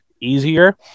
easier